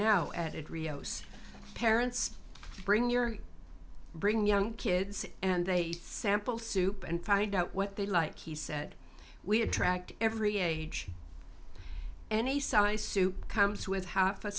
added rio's parents bring your bring young kids and they sample soup and find out what they like he said we attract every age any size soup comes with half a